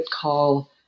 call